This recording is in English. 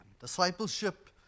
Discipleship